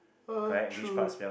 uh true